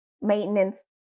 maintenance